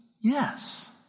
Yes